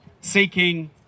seeking